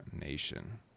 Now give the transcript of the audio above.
nation